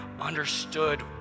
understood